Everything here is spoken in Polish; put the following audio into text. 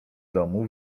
domu